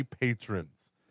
patrons